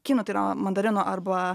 kinų tai na mandarinų arba